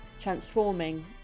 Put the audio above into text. transforming